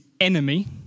enemy